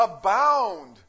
abound